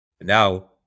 Now